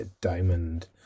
Diamond